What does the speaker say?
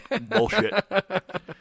Bullshit